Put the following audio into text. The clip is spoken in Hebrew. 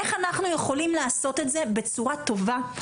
איך אנחנו יכולים לעשות את זה בצורה טובה,